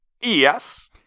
Yes